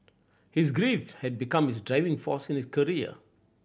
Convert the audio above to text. his grief had become his driving force in his career